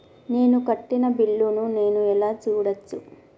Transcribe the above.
నేను కట్టిన బిల్లు ను నేను ఎలా చూడచ్చు?